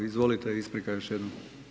Izvolite, isprika još jednom.